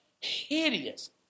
hideous